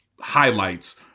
highlights